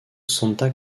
santa